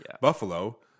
Buffalo